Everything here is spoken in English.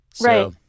Right